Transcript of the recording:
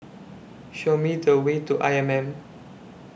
Show Me The Way to I M M